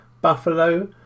Buffalo